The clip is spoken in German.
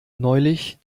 neulich